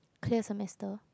clear semester